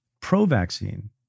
pro-vaccine